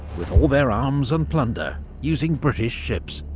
with all their arms and plunder, using british ships.